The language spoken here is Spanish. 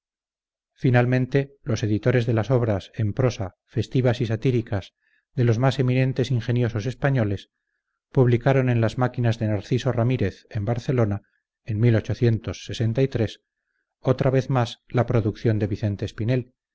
finalmente los editores de las obras en prosa festivas y satíricas de los más eminentes ingenios españoles publicaron en las máquinas de narciso ramírez en barcelona en otra vez más la producción de vicente espinel